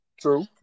True